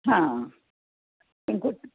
हां